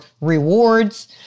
rewards